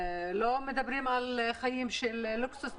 לא מדברים על חיים של לוקסוס,